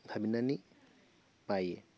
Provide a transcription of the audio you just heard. साननानै बायो